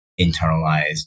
internalized